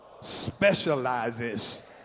specializes